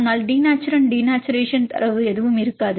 ஆனால் denaturant denaturation தரவு எதுவும் இருக்காது